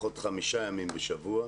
לפחות חמישה ימים בשבוע,